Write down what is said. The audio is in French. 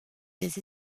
des